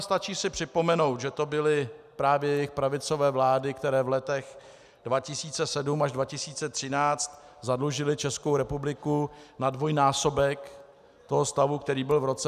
Stačí si připomenout, že to byly právě jejich pravicové vlády, které v letech 2007 až 2013 zadlužily Českou republiku na dvojnásobek toho stavu, který byl v roce 2007.